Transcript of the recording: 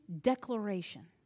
declaration